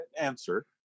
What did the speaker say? answer